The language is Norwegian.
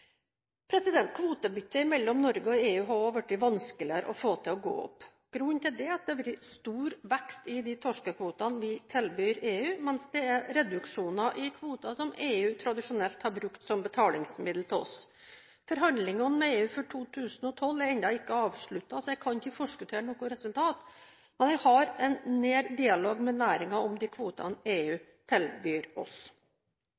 Kvotebytte mellom Norge og EU har blitt vanskeligere å få til å gå opp. Grunnen til det er at det har vært stor vekst i de torskekvotene vi tilbyr EU, mens det er reduksjoner i kvoter som EU tradisjonelt har brukt som betalingsmiddel til oss. Forhandlingene med EU for 2012 er ennå ikke avsluttet, så jeg kan ikke forskuttere noe resultat, men jeg har en nær dialog med næringen om de kvotene